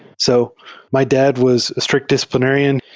so my dad was a strict discipl inarian.